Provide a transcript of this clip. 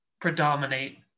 predominate